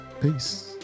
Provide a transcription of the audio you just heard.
Peace